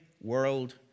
world